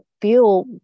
feel